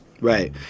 Right